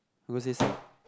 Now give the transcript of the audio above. who got says